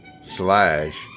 slash